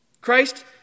Christ